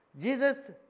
Jesus